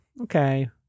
okay